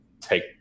take